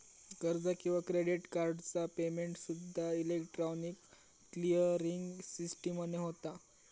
कर्ज किंवा क्रेडिट कार्डचा पेमेंटसूद्दा इलेक्ट्रॉनिक क्लिअरिंग सिस्टीमने होता